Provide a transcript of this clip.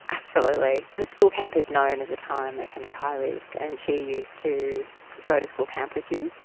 absolutely, because school camp is known as a time that can be high risk. and she used to go to school camp with you?